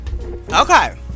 Okay